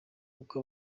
uko